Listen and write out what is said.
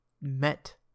met